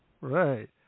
Right